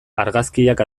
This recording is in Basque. argazkiak